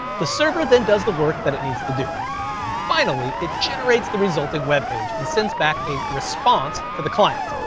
the server then does the work that it needs to do, and finally it generates the resulting webpage, and sends back a response to the client,